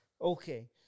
Okay